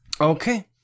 Okay